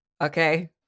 Okay